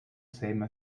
same